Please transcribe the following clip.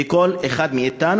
וכל אחד מאתנו,